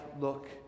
look